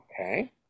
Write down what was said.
Okay